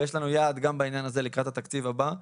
יש לנו יעד גם בעניין הזה לקראת התקציב הבא.